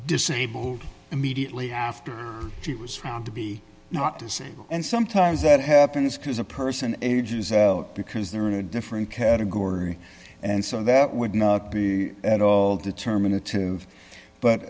disabled immediately after she was found to be not disabled and sometimes that happens because a person ages out because they're in a different category and so that would not be at all determin